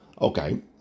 Okay